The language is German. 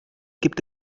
gibt